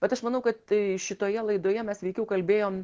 bet aš manau kad šitoje laidoje mes veikiau kalbėjom